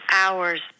hours